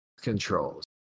controls